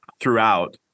throughout